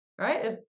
right